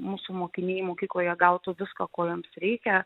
mūsų mokiniai mokykloje gautų viską ko jiems reikia